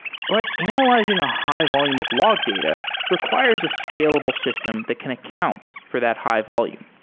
but analyzing a high-volume of log data requires a scalable system that can account for that high-volume.